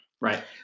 Right